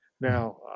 Now